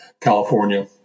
California